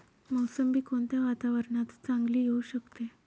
मोसंबी कोणत्या वातावरणात चांगली येऊ शकते?